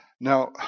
Now